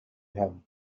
have